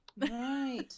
right